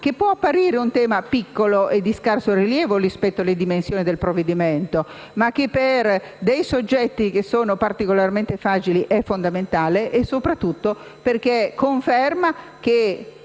che può apparire piccolo e di scarso rilievo rispetto alle dimensioni del provvedimento, ma che, per soggetti particolarmente fragili, è fondamentale, soprattutto perché conferma che